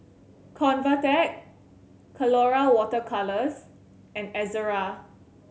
Convatec Colora Water Colours and Ezerra